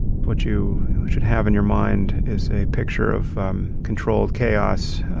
what you should have in your mind is a picture of um controlled chaos.